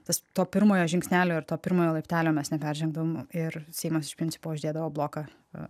tas to pirmojo žingsnelio ir to pirmojo laiptelio mes neperžengdama ir seimas iš principo uždėdavo bloką